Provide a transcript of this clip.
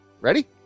Ready